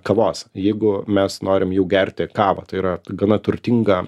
kavos jeigu mes norim jau gerti kavą tai yra gana turtingą